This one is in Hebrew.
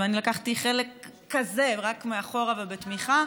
ואני לקחתי חלק רק מאחור ובתמיכה,